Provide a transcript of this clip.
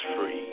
free